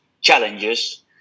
challenges